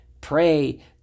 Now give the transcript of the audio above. pray